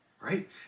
right